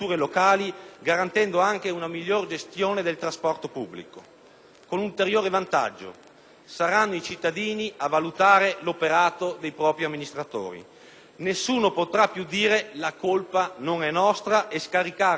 un ulteriore vantaggio: saranno i cittadini a valutare l'operato dei propri amministratori; nessuno potrà più dire «la colpa non è nostra» e scaricare responsabilità a qualche anonimo dipartimento ministeriale.